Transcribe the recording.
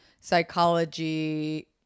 psychology